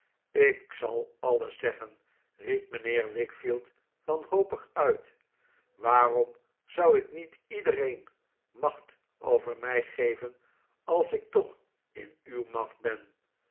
ik zal alles zeggen riep mijnheer wickfield wanhopig uit waarom zou ik niet iedereen macht over mij geven als ik toch in uw macht ben